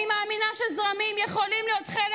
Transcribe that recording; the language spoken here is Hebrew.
אני מאמינה שזרמים יכולים להיות חלק